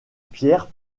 pierres